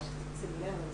סימנים, סימני אזהרה,